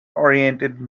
oriented